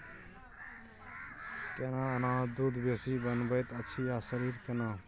केना अनाज दूध बेसी बनबैत अछि आ शरीर केना?